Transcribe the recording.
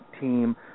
team